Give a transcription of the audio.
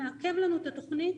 מעכב לנו את התכנית.